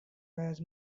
has